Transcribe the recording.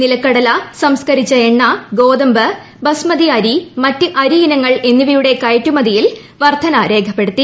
നിലക്കടല സംസ്കരിച്ച എണ്ണ ഗോതമ്പ് ബസ്മതി അരി മറ്റ് അരി ഇനങ്ങൾ എന്നിവയുടെ കയറ്റുമതിയിൽ വർദ്ധനവ് രേഖപ്പെടുത്തി